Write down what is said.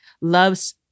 loves